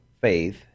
faith